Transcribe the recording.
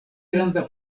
granda